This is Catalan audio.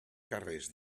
carrers